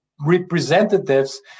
representatives